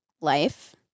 life